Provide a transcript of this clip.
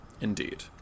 Indeed